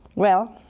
well,